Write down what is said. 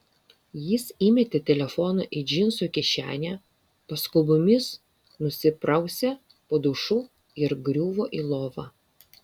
jis įmetė telefoną į džinsų kišenę paskubomis nusiprausė po dušu ir griuvo į lovą